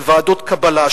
של ועדות קבלה,